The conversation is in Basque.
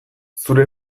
zure